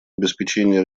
обеспечение